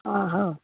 आं हां